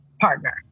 partner